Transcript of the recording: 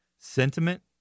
sentiment